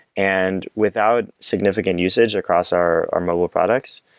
and without significant usage across our our mobile products,